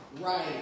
Right